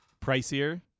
Pricier